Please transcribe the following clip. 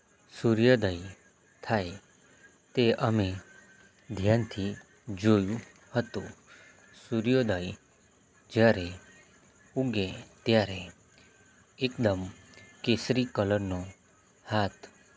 સુર્યોદય થાય તે અમે ધ્યાનથી જોયું હતું સૂર્યોદય જ્યારે ઊગે ત્યારે એકદમ કેસરી કલરનો હાથ